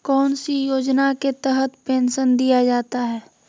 कौन सी योजना के तहत पेंसन दिया जाता है?